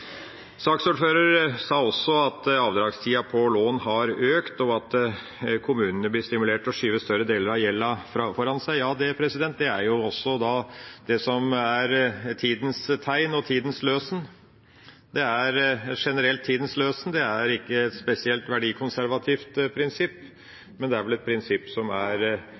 sa også at avdragstida på lån har økt, og at kommunene blir stimulert til å skyve større deler av gjelda foran seg. Ja, det er jo det som er tidens tegn og tidens løsen. Det er generelt tidens løsen, det er ikke et spesielt verdikonservativt prinsipp, men det er vel et prinsipp som er